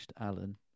Alan